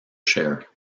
share